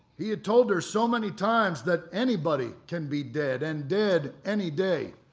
he had told her so many times that anybody can be dead, and dead any day.